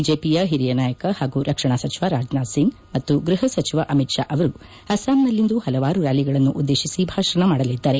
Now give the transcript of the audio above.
ಬಿಜೆಪಿಯ ಹಿರಿಯ ನಾಯಕ ಪಾಗೂ ರಕ್ಷಣಾ ಸಚಿವ ರಾಜನಾಥ್ ಸಿಂಗ್ ಮತ್ತು ಗೃಪ ಸಚಿವ ಅಮಿತ್ ತಾ ಅವರು ಅಸ್ಸಾಂನಲ್ಲಿಂದು ಪಲವಾರು ರ್ಕಾಲಿಗಳನ್ನು ಉದ್ದೇಶಿಸಿ ಭಾಷಣ ಮಾಡಲಿದ್ದಾರೆ